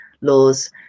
laws